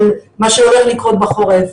של מה שהולך לקרות בחורף,